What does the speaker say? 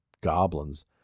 goblins